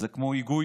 זה כמו היגוי